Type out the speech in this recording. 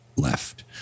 left